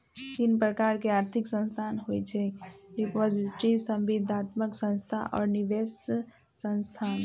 तीन प्रकार के आर्थिक संस्थान होइ छइ डिपॉजिटरी, संविदात्मक संस्था आऽ निवेश संस्थान